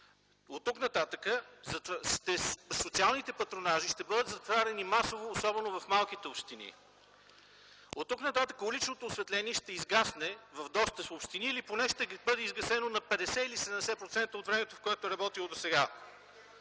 Оттук-нататък социалните патронажи ще бъдат затваряни масово, особено в малките общини. Оттук-нататък уличното осветление ще изгасне в доста общини или поне ще бъде изгасено на 50 или 70% от времето, в което е работило досега.